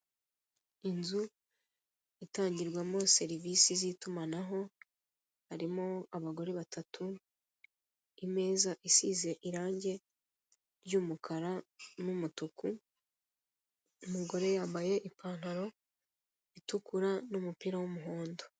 Inzu itangirwamo serivise z'itumanaho harimo abagore batatu, imeza isize irange ry'umukara n'umutuku, umugore yambaye ipantaro itukura n'umupira w'umuhondo.